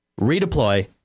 Redeploy